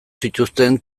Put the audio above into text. zituzten